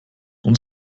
und